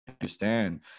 understand